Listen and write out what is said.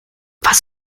was